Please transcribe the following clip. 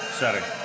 setting